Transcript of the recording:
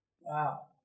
Wow